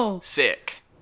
sick